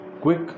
quick